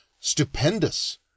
stupendous